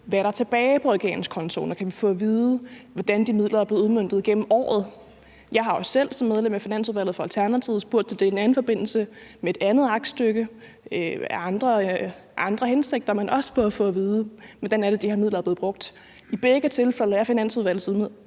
hvad der er tilbage på regeringens konto, og om vi kan få at vide, hvordan de midler er blevet udmøntet gennem året. Jeg har også selv som medlem af Finansudvalget for Alternativet spurgt til det i forbindelse med et andet aktstykke med andre hensigter for at få at vide, hvordan de her midler er blevet brugt. I begge tilfælde har Finansudvalgets medlemmer